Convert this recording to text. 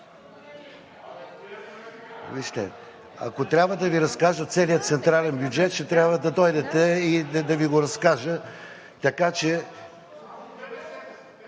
Вижте, ако трябва да Ви разкажа целия централен бюджет, ще трябва да дойдете и да Ви го разкажа, така че...